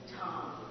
Tom